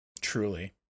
Truly